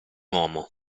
uomo